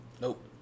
Nope